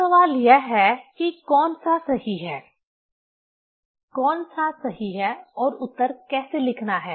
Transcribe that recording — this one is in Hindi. अब सवाल यह है कि कौन सा सही है कौन सा सही है और उत्तर कैसे लिखना है